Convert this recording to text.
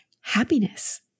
happiness